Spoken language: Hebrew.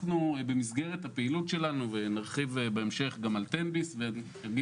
במסגרת הפעילות שלנו נרחיב בהמשך גם על תן ביס ונסביר